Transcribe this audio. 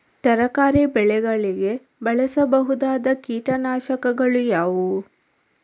ತರಕಾರಿ ಬೆಳೆಗಳಿಗೆ ಬಳಸಬಹುದಾದ ಕೀಟನಾಶಕಗಳು ಯಾವುವು?